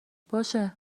باشه